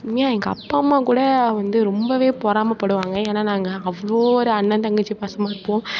ஏன் எங்கள் அப்பா அம்மா கூட வந்து ரொம்பவே பொறாமைப்படுவாங்க ஏனா நாங்கள் அவ்வளோ ஒரு அண்ணன் தங்கச்சி பாசமாகருப்போம்